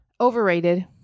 overrated